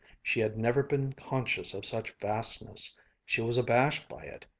she had never been conscious of such vastness she was abashed by it,